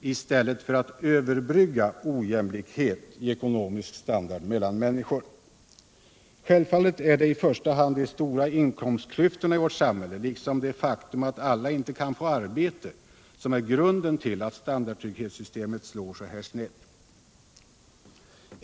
i stället för att överbrygga ojämlikhet i ekonomisk standard mellan människor. Självfallet är det i första hand de stora inkomstklyftorna i vårt samhälle liksom det faktum att alla inte kan få arbete som är grunden till att standardtrygghetssystemet slår så här snett.